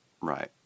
Right